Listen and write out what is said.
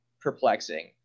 perplexing